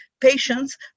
patients